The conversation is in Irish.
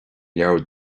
leabhar